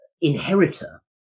inheritor